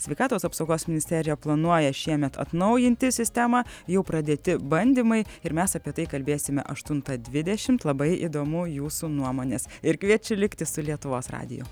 sveikatos apsaugos ministerija planuoja šiemet atnaujinti sistemą jau pradėti bandymai ir mes apie tai kalbėsime aštuntą dvidešimt labai įdomu jūsų nuomonės ir kviečiu likti su lietuvos radiju